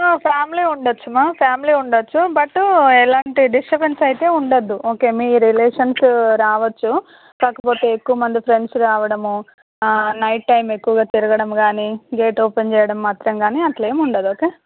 family ఉండొచ్చుమా family ఉండచ్చు but ఎలాంటి డిస్టబెన్స్ అయితే ఉండద్దు ఓకే మీ రిలేషన్స్ రావచ్చు కాకపోతే ఎక్కువమంది ఫ్రెండ్స్ రావడము నైట్ టైమ్ ఎక్కువగా తిరగడం గానీ గేట్ ఓపెన్ చేయడం మాత్రం గానీ అట్లేం ఉండదు ఓకే